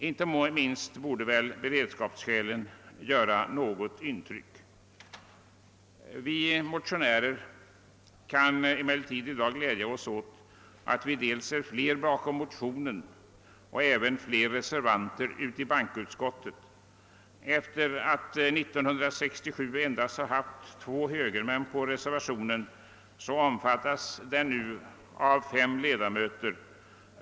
Inte minst borde väl beredskapsskälen göra något intryck. Vi motionärer kan emellertid i dag glädja oss åt dels att vi är fler bakom motionerna, dels att även reservanterna i bankoutskottet är fler. år 1967 stod endast två högermän för reservationen, men nu omfattas den av fem ledamöter.